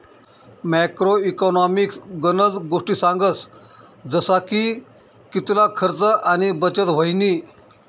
macro economics गनज गोष्टी सांगस जसा की कितला खर्च आणि बचत व्हयनी